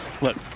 Look